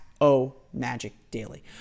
omagicdaily